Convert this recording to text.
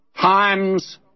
times